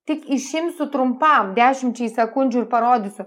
tik išimsiu trumpam dešimčiai sekundžių ir parodysiu